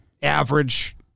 Average